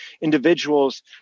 individuals